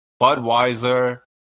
Budweiser